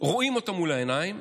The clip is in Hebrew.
רואים אותה מול העיניים,